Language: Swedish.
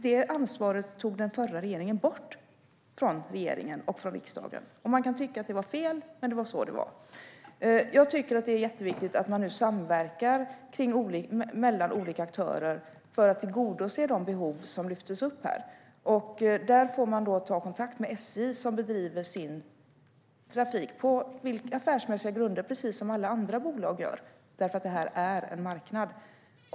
Det ansvaret tog den förra regeringen bort från regeringen och från riksdagen. Man kan tycka att det var fel, men det var så det var. Det är viktigt att nu samverka mellan olika aktörer för att tillgodose de behov som lyfts upp. Där får man ta kontakt med SJ, som bedriver sin trafik på affärsmässiga grunder precis som alla andra bolag gör. Det här är en marknad.